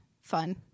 fun